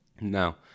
Now